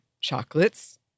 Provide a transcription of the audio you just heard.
chocolates